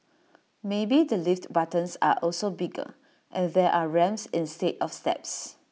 maybe the lift buttons are also bigger and there are ramps instead of steps